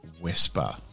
whisper